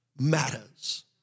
Matters